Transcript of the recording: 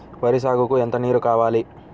వరి సాగుకు ఎంత నీరు కావాలి?